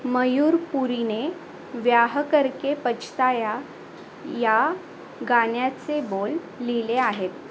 मयूर पुरीने व्याह करके पछताया या गाण्याचे बोल लिहिले आहेत